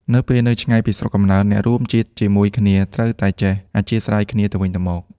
នៅពេលនៅឆ្ងាយពីស្រុកកំណើត អ្នករួមជាតិជាមួយគ្នាត្រូវតែចេះអាស្រ័យគ្នាទៅវិញទៅមក។